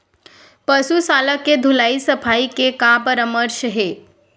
पशु शाला के धुलाई सफाई के का परामर्श हे?